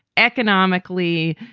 economically,